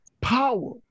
power